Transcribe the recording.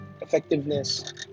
effectiveness